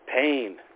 pain